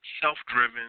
self-driven